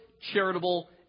charitable